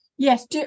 Yes